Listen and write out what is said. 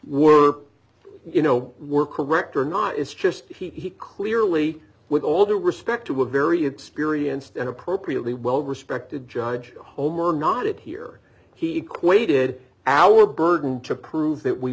were you know were correct or not is just he clearly with all due respect to a very experienced and appropriately well respected judge home or not it here he equated our burden to prove that we